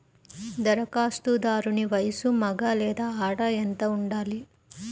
ధరఖాస్తుదారుని వయస్సు మగ లేదా ఆడ ఎంత ఉండాలి?